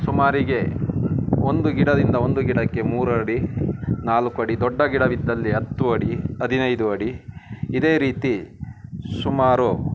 ಸುಮಾರಿಗೆ ಒಂದು ಗಿಡದಿಂದ ಒಂದು ಗಿಡಕ್ಕೆ ಮೂರಡಿ ನಾಲ್ಕು ಅಡಿ ದೊಡ್ಡ ಗಿಡವಿದ್ದಲ್ಲಿ ಹತ್ತು ಅಡಿ ಹದಿನೈದು ಅಡಿ ಇದೇ ರೀತಿ ಸುಮಾರು